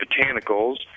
botanicals